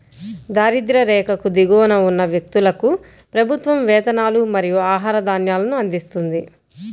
దారిద్య్ర రేఖకు దిగువన ఉన్న వ్యక్తులకు ప్రభుత్వం వేతనాలు మరియు ఆహార ధాన్యాలను అందిస్తుంది